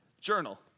journal